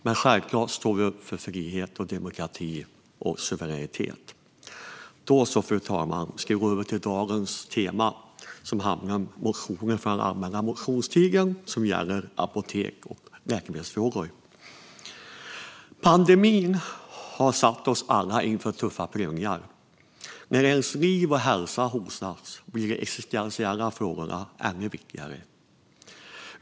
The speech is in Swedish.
Men självklart står vi upp för frihet, demokrati och suveränitet. Därmed vill jag gå över till temat för dagens debatt, som är motioner från allmänna motionstiden om apoteks och läkemedelsfrågor. Pandemin har ställt oss alla inför tuffa prövningar. När ens liv och hälsa hotas blir de existentiella frågorna ännu viktigare.